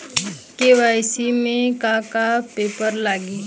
KYC में का का पेपर लगी?